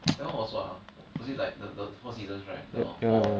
that one was what ah was it like the the four seasons right the four